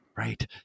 Right